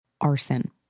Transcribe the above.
arson